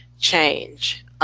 change